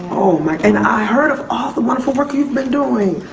my, and i heard of all the wonderful work you've been doing.